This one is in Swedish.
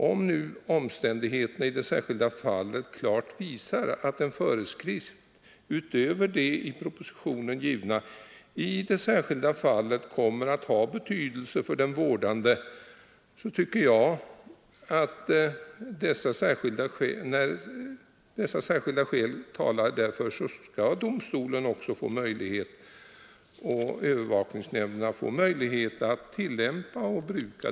Om nu omständigheterna i det särskilda fallet klart visar att en föreskrift utöver de i propositionen givna kommer att ha betydelse för den vårdade, så tycker jag att domstolen och övervakningsnämnderna skall ha möjlighet att tillämpa den.